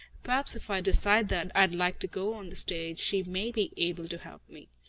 perhaps if i decide that i'd like to go on the stage, she may be able to help me.